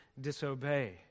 disobey